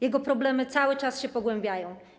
Jego problemy cały czas się pogłębiają.